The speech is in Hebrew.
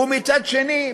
ומצד שני,